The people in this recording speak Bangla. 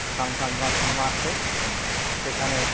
সংবাদ মাধ্যম আছে সেখানে